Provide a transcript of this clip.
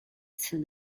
soon